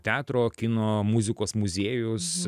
teatro kino muzikos muziejus